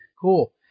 Cool